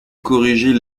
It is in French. corriger